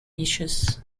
issues